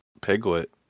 Piglet